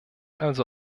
also